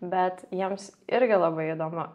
bet jiems irgi labai įdomu